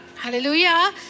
Hallelujah